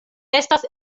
estas